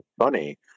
funny